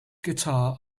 guitar